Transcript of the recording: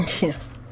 Yes